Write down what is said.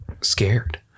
scared